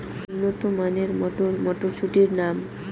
উন্নত মানের মটর মটরশুটির নাম?